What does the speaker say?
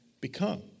become